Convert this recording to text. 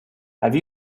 have